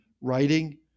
writing